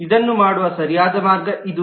ಇದನ್ನು ಮಾಡುವ ಸರಿಯಾದ ಮಾರ್ಗ ಇದು